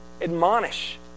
admonish